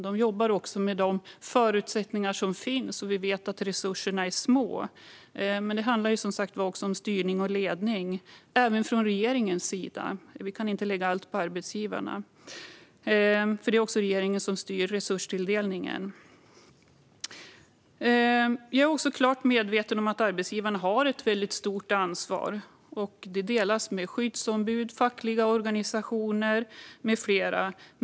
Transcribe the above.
De jobbar med de förutsättningar som finns, och vi vet att resurserna är små. Men det handlar som sagt också om styrning och ledning - även från regeringens sida. Vi kan inte lägga allt på arbetsgivarna, för det är regeringen som styr resurstilldelningen. Jag är också klart medveten om att arbetsgivarna har ett stort ansvar. Det delas med skyddsombud, fackliga organisationer med flera.